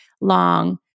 long